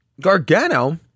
Gargano